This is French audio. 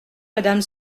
madame